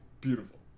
beautiful